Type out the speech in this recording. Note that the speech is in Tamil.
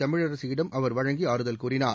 தமிழரசியிடம் அவர் வழங்கி ஆறுதல் கூறினார்